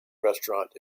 restaurant